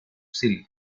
silk